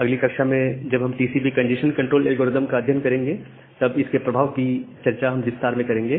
अगली कक्षा में जब हम टीसीपी कंजेशन कंट्रोल एल्गोरिदम का अध्ययन करेंगे तब इसके प्रभाव की चर्चा हम विस्तार में करेंगे